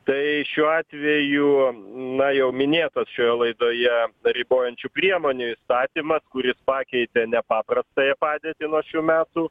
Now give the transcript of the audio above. tai šiuo atveju na jau minėtos šioje laidoje ribojančių priemonių įstatymas kuri pakeitė nepaprastąją padėtį nuo šių metų